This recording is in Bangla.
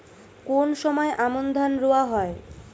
কোন সময় আমন ধান রোয়া হয়?